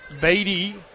Beatty